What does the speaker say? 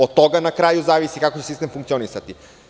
Od toga na kraju zavisi kako će sistem funkcionisati.